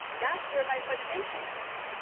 that's where my frustration is.